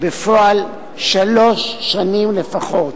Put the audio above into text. בפועל שלוש שנים לפחות.